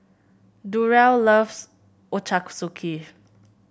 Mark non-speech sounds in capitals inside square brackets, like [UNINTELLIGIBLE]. Durrell loves [UNINTELLIGIBLE]